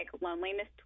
loneliness